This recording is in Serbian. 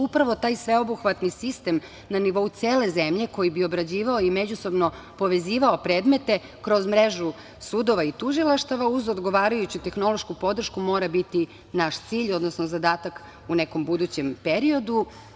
Upravo taj sveobuhvatni sistem na nivou cele zemlje, koji bi obrađivao i međusobno povezivao predmete kroz mrežu sudova i tužilaštava uz odgovarajuću tehnološku podršku mora biti naš cilj, odnosno zadatak u nekom budućem periodu.